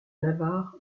navarre